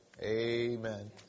Amen